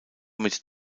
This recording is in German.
mit